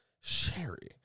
sherry